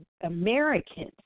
Americans